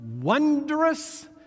wondrous